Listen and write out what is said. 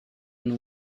نوع